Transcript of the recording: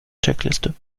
checkliste